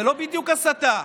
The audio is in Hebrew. זה לא בדיוק הסתה.